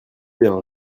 bien